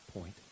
point